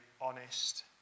honest